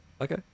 Okay